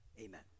Amen